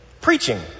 Preaching